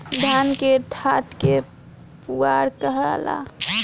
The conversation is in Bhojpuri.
धान के डाठ के पुआरा कहाला